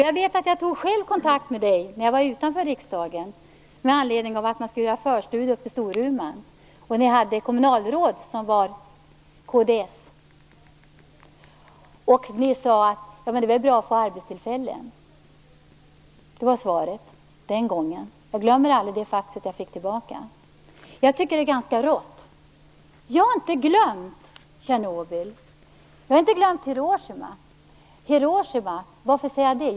Jag minns att jag själv tog kontakt med Dan Ericsson, när jag var utanför riksdagen, med anledning av att man skulle göra förstudier uppe i Storuman. Ni hade ett kommunalråd från kds. Och ni sade: Men det är väl bra att få arbetstillfällen. Det var svaret den gången. Jag glömmer aldrig det fax jag fick tillbaka. Jag tycker att det är ganska rått. Jag har inte glömt Tjernobyl. Jag har inte glömt Hiroshima. Hiroshima - varför säger jag det?